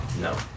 No